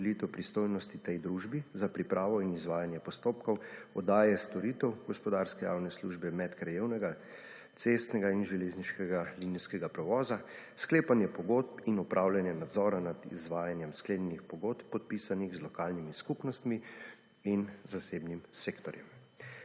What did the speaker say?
podelitev pristojnosti tej družbi za pripravo in izvajanje postopkov oddaje storitev gospodarske javne družbe medkrajevnega, cestnega in železniškega linijskega prevoza, sklepanje pogodb in opravljanje nadzora nad izvajanjem sklenjenih pogodb, podpisanih z lokalnimi skupnostmi in zasebnim sektorjem.